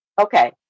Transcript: Okay